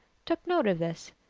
took note of this,